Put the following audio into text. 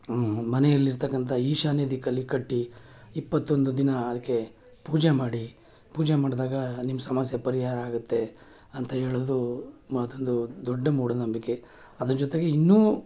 ಮನೆಯಲ್ಲಿ ಇರ್ತಕ್ಕಂಥ ಈಶಾನ್ಯ ದಿಕ್ಕಲ್ಲಿ ಕಟ್ಟಿ ಇಪ್ಪತ್ತೊಂದು ದಿನ ಅದಕ್ಕೆ ಪೂಜೆ ಮಾಡಿ ಪೂಜೆ ಮಾಡಿದಾಗ ನಿಮ್ಮ ಸಮಸ್ಯೆ ಪರಿಹಾರ ಆಗುತ್ತೆ ಅಂತ ಹೇಳೋದು ಮಾತೊಂದು ದೊಡ್ಡ ಮೂಢನಂಬಿಕೆ ಅದ್ರ ಜೊತೆಗೆ ಇನ್ನೂ